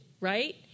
right